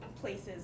places